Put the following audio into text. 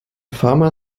farmer